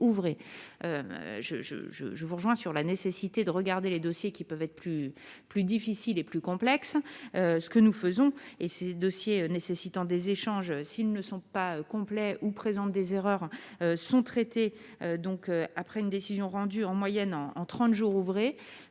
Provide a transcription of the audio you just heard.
je vous rejoins sur la nécessité de regarder les dossiers qui peuvent être plus plus difficile et plus complexe, ce que nous faisons et ces dossiers nécessitant des échanges s'ils ne sont pas complets ou présentent des erreurs sont traités donc après une décision rendue en moyenne en en 30 jours ouvrés,